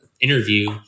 interview